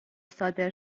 صادر